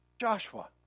Joshua